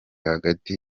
hagati